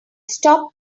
stop